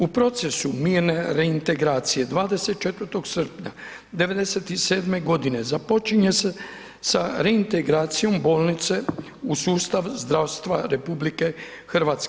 U procesu mirne reintegracije 24. srpnja '97.g. započinje se sa reintegracijom bolnice u sustav zdravstva RH.